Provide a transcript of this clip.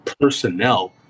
personnel